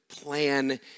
plan